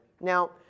Now